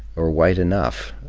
or white enough.